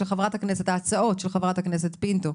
מה התייחסותכם להצעות של חברת הכנסת פינטו,